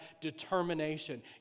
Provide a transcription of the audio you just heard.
determination